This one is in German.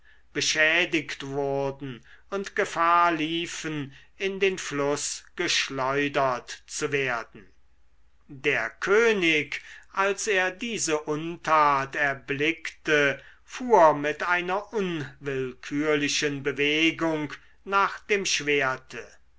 beschädigt wurden und gefahr liefen in den fluß geschleudert zu werden der könig als er diese untat erblickte fuhr mit einer unwillkürlichen bewegung nach dem schwerte